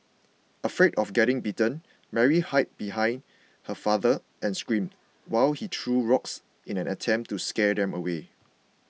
afraid of getting bitten Mary hid behind her father and screamed while he threw rocks in an attempt to scare them away